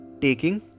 taking